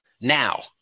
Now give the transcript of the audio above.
now